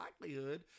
likelihood